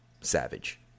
savage